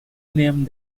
name